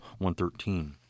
113